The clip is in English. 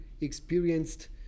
experienced